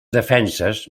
defenses